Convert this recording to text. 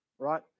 right